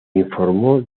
informó